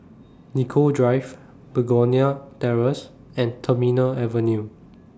Nicoll Drive Begonia Terrace and Terminal Avenue